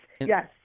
Yes